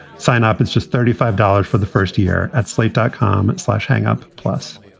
sign up. it's just thirty five dollars for the first year at slate dot com. slash hang-up plus